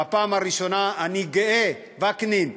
בפעם הראשונה אני גאה, וקנין,